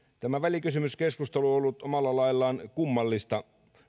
tämä välikysymyskeskustelu on ollut omalla laillaan kummallista